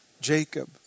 Jacob